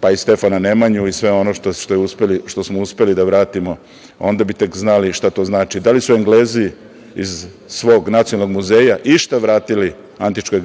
pa i Stefana Nemanja i sve ono što smo uspeli da vratimo, onda bi tek znali šta to znači. Da li su Englezi iz svog nacionalnog muzeja išta vratili antičkoj